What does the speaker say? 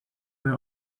were